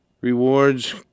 Rewards